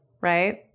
right